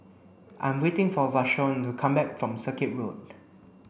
I'm waiting for Vashon to come back from Circuit Road